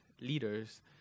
leaders